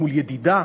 מול ידידה?